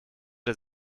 der